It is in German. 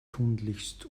tunlichst